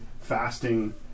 fasting